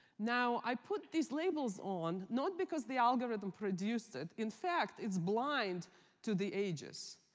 now, i put these labels on, not because the algorithm produced it in fact, it's blind to the ages.